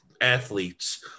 athletes